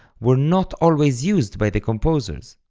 were not always used by the composers.